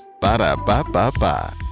Ba-da-ba-ba-ba